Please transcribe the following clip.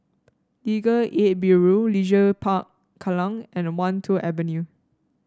Legal Aid Bureau Leisure Park Kallang and Wan Tho Avenue